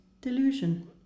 delusion